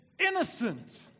innocent